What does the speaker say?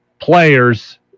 players